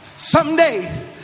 Someday